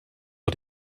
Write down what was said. are